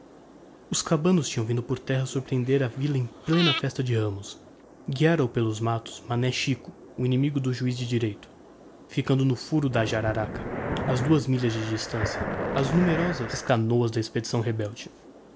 os cabanos tinham vindo por terra surprehender a villa em plena festa de ramos guiara os pelo matto o mané xico o inimigo do juiz de direito ficando no furo da jararaca a duas milhas de distancia as numerosas canoas da expedição rebelde